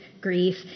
grief